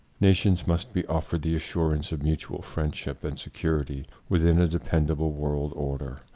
nations must be offered the assurance of mutual friendship and security within a dependable world order.